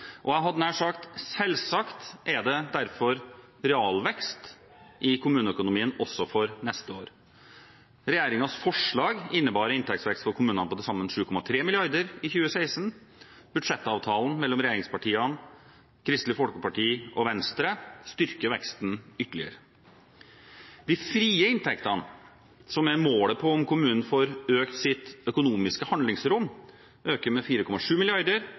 – jeg hadde nær sagt selvsagt – derfor det er realvekst i kommuneøkonomien også for neste år. Regjeringens forslag innebar inntektsvekst for kommunene på til sammen 7,3 mrd. kr i 2016. Budsjettavtalen mellom regjeringspartiene, Kristelig Folkeparti og Venstre styrker veksten ytterligere. De frie inntektene, som er målet på om kommunen får økt sitt økonomiske handlingsrom, øker med 4,7